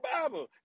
Bible